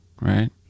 right